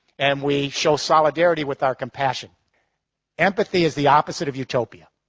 and we show solidarity with our compassion empathy is the opposite of utopia.